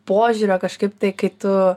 požiūrio kažkaip tai kai tu